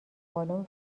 بالن